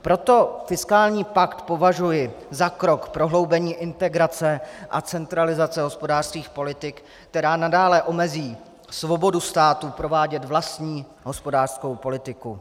Proto fiskální pakt považuji za krok prohloubení integrace a centralizace hospodářských politik, která nadále omezí svobodu států provádět vlastní hospodářskou politiku.